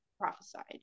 prophesied